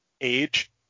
age